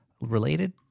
related